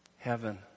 heaven